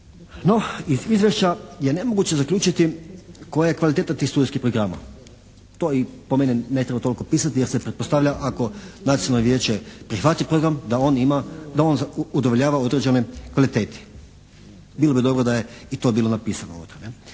No, iz izvješća je nemoguće zaključiti koja je kvaliteta tih studentskih programa. To i po meni ne treba toliko pisati jer se pretpostavlja ako nacionalno vijeće prihvati program da on ima udovoljava određenoj kvaliteti. Bilo bi dobro da je i to bilo napisano ovdje.